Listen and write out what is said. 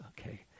Okay